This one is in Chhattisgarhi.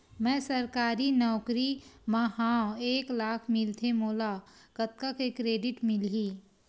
मैं सरकारी नौकरी मा हाव एक लाख मिलथे मोला कतका के क्रेडिट मिलही?